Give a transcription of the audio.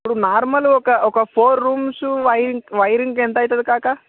ఇప్పుడు నార్మల్ ఒక ఒక ఫోర్ రూమ్స్ వైర్ వైరింగ్కి ఎంత అవుతుంది కాకా